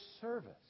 service